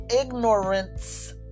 ignorance